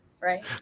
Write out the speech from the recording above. Right